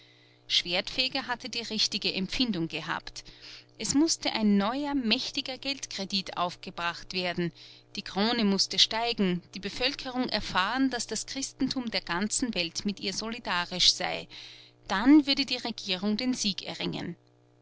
schwertfeger hatte die richtige empfindung gehabt es mußte ein neuer mächtiger geldkredit aufgebracht werden die krone mußte steigen die bevölkerung erfahren daß das christentum der ganzen welt mit ihr solidarisch sei dann würde die regierung den sieg erringen